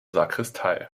sakristei